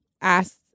asked